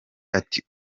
ati